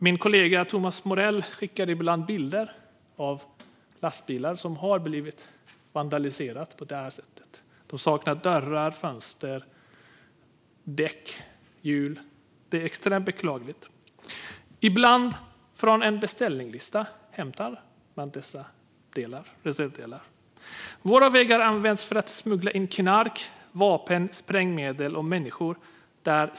Min kollega Thomas Morell skickar ibland bilder av lastbilar som har blivit vandaliserade på det här sättet. De saknar dörrar, fönster, däck och hjul. Det är extremt beklagligt. Ibland hämtar man dessa reservdelar utifrån en beställningslista. Våra vägar används för att smuggla in knark, vapen, sprängmedel och människor.